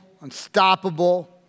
unstoppable